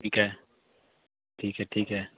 ਠੀਕ ਹੈ ਠੀਕ ਹੈ ਠੀਕ ਹੈ